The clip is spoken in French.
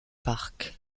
park